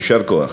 יישר כוח.